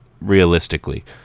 realistically